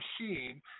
machine